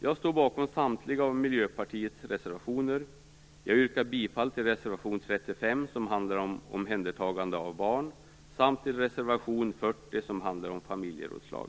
Jag står bakom samtliga av Miljöpartiets reservationer. Jag yrkar bifall till reservation 35, som handlar om omhändertagande av barn, samt till reservation 40, som handlar om familjerådslag.